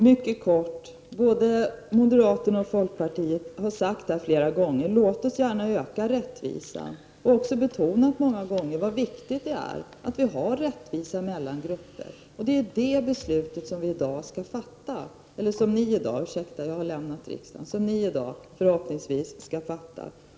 Herr talman! Både moderater och folkpartister har flera gånger sagt: Låt oss gärna öka rättvisan. De har också många gånger betonat hur viktigt det är att vi har rättvisa mellan grupper. Det är ett beslut om just detta som vi — ursäkta, jag menar ni; jag har lämnat riksdagen — förhoppningsvis i dag skall fatta.